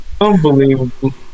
unbelievable